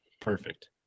Perfect